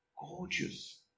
gorgeous